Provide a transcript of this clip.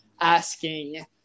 asking